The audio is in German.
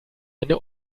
eine